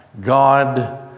God